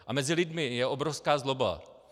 A mezi lidmi je obrovská zloba.